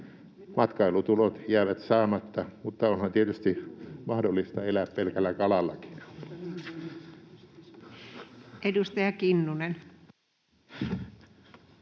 Matkailutulot jäävät saamatta, mutta onhan tietysti mahdollista elää pelkällä kalallakin. Edustaja Kinnunen.